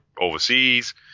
overseas